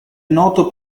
noto